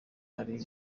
hari